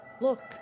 Look